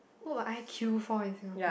what will I queue for in Singapore